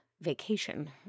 vacation